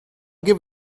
give